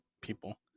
people